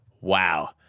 Wow